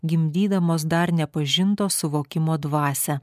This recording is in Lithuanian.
gimdydamos dar nepažinto suvokimo dvasią